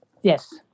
Yes